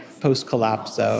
post-collapse